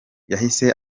yahise